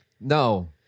No